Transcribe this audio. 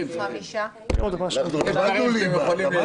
נמנעים אין